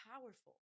powerful